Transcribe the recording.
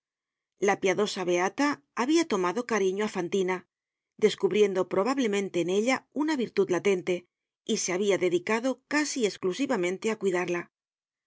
la piadosa beata habia tomado cariño á fantina descubriendo probablemente en ella una virtud latente y se habia dedicado casi esclusivamente á cuidarla